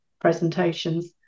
presentations